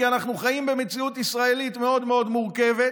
כי אנחנו חיים במציאות ישראלית מאוד מאוד מורכבת,